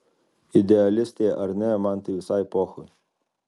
idealistė ar ne man tai visai pochui